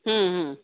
ହୁଁ ହୁଁ